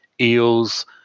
Eels